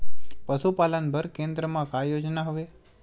पशुपालन बर केन्द्र म का योजना हवे?